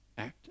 Act